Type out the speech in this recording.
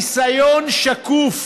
ניסיון שקוף